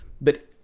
But-